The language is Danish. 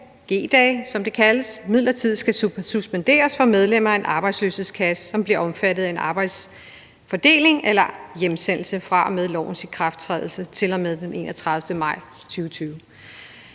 G-dage, som det kaldes – midlertidigt skal suspenderes for medlemmer af en arbejdsløshedskasse, som bliver omfattet af en arbejdsfordeling eller hjemsendelse fra og med lovens ikrafttrædelse til og med den 31. maj 2020.